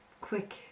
quick